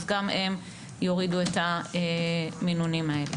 אז גם הם יורידו את המינונים האלה.